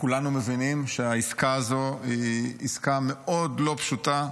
כולנו מבינים שהעסקה הזאת היא עסקה מאוד לא פשוטה,